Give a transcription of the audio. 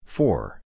Four